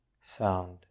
sound